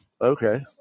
Okay